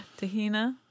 tahina